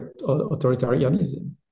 authoritarianism